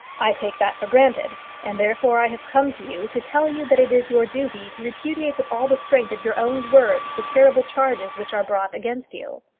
i take that for granted and therefore i have come to you to tell you that it is your duty to repudiate with all the strength of your own words the terrible charges which are brought against you.